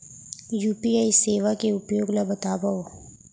UPI सेवा के उपयोग ल बतावव?